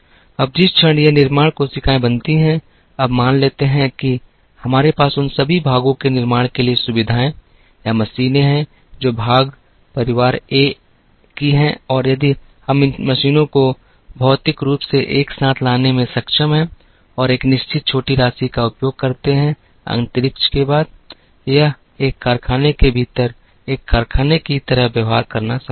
अब जिस क्षण ये निर्माण कोशिकाएं बनती हैं अब मान लेते हैं कि हमारे पास उन सभी भागों के निर्माण के लिए सुविधाएं या मशीनें हैं जो भाग परिवार ए की हैं और यदि हम इन मशीनों को भौतिक रूप से एक साथ लाने में सक्षम हैं और एक निश्चित छोटी राशि का उपयोग करते हैं अंतरिक्ष के बाद यह एक कारखाने के भीतर एक कारखाने की तरह व्यवहार करना संभव है